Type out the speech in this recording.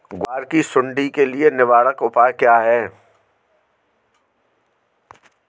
ग्वार की सुंडी के लिए निवारक उपाय क्या है?